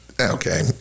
Okay